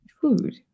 food